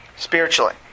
Spiritually